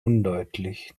undeutlich